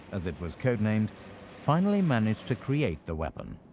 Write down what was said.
as it was codenamed, finally managed to create the weapon.